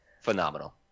Phenomenal